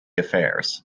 affairs